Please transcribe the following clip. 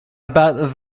about